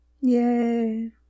Yay